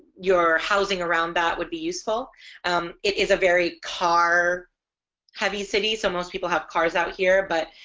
your housing around that would be useful it is a very car heavy city so most people have cars out here but